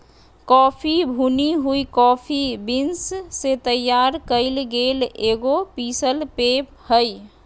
coffee भुनी हुई coffee beans से तैयार कइल गेल एगो पीसल पेय हइ